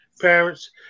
parents